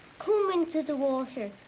come into the water.